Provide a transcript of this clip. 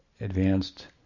advanced